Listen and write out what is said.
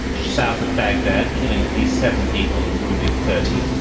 south of baghdad, killing at least seven people and wounding thirty.